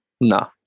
No